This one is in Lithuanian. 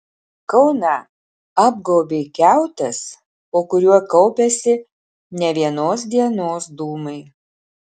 kauną apgaubė kiautas po kuriuo kaupiasi ne vienos dienos dūmai